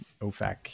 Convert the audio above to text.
OFAC